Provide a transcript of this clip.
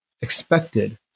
expected